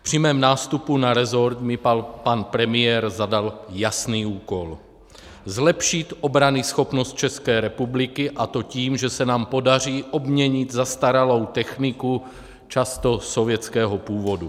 Při mém nástupu na rezort mi pan premiér zadal jasný úkol zlepšit obranyschopnost České republiky, a to tím, že se nám podaří obměnit zastaralou techniku často sovětského původu.